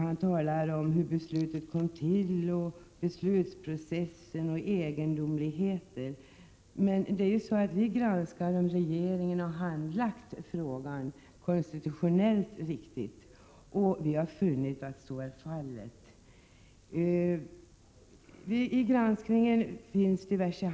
Han talar om hur beslutet kom till, om beslutsprocessen och om egendomligheter. Men vi granskar om regeringen har handlagt frågorna konstitutionellt riktigt, och i det här ärendet har vi funnit att så är fallet.